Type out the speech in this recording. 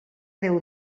déu